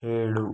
ಏಳು